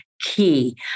key